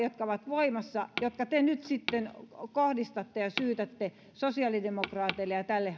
jotka ovat voimassa tällä hetkellä ja jotka te nyt sitten kohdistatte sosiaalidemokraateille ja tälle